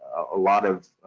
a lot of